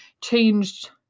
changed